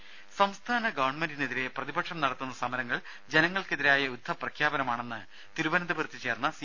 രുമ സംസ്ഥാന ഗവൺമെന്റിനെതിരെ പ്രതിപക്ഷം നടത്തുന്ന സമരങ്ങൾ ജനങ്ങൾക്കെതിരായ യുദ്ധ പ്രഖ്യാപനമാണെന്ന് തിരുവനന്തപുരത്ത് ചേർന്ന സി